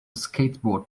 skateboard